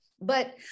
But-